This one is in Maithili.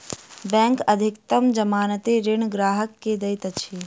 बैंक अधिकतम जमानती ऋण ग्राहक के दैत अछि